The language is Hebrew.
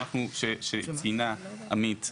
שציינה עמית,